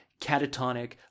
catatonic